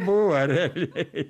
buvo realiai